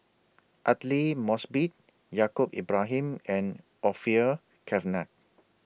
Aidli Mosbit Yaacob Ibrahim and Orfeur Cavenagh